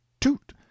toot